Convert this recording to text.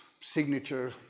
signature